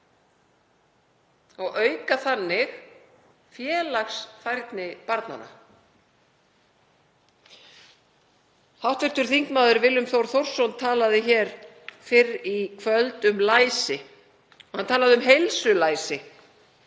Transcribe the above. og auka þannig félagsfærni barnanna? Hv. þm. Willum Þór Þórsson talaði hér fyrr í kvöld um læsi og hann talaði um heilsulæsi,